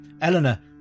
Eleanor